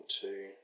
two